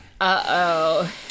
Uh-oh